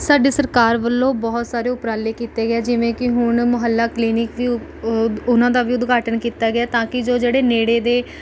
ਸਾਡੇ ਸਰਕਾਰ ਵੱਲੋਂ ਬਹੁਤ ਸਾਰੇ ਉਪਰਾਲੇ ਕੀਤੇ ਗਏ ਜਿਵੇਂ ਕਿ ਹੁਣ ਮੁਹੱਲਾ ਕਲੀਨਿਕ ਉਹਨਾਂ ਦਾ ਵੀ ਉਦਘਾਟਨ ਕੀਤਾ ਗਿਆ ਤਾਂ ਕਿ ਜੋ ਜਿਹੜੇ ਨੇੜੇ ਦੇ